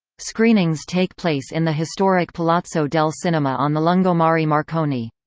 screenings take place in the historic palazzo del cinema on the lungomare yeah marconi.